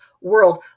world